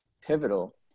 pivotal